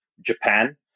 Japan